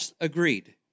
agreed